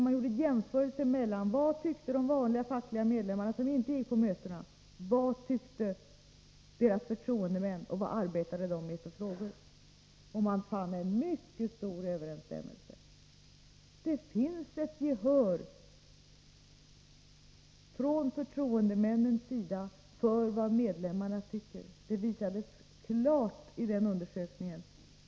Man gjorde jämförelser mellan vad de vanliga fackmedlemmarna, som inte gick på mötena, tyckte och vad deras förtroendemän tyckte och vilka frågor de arbetade med. Man fann en mycket stor överensstämmelse. Det finns ett gehör från förtroendemännens sida för vad medlemmarna tycker — det visades klart i den undersökningen.